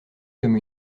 comme